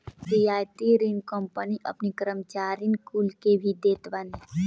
रियायती ऋण कंपनी अपनी कर्मचारीन कुल के भी देत बानी